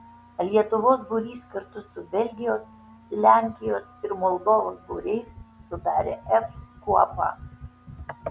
lietuvos būrys kartu su belgijos lenkijos ir moldovos būriais sudarė f kuopą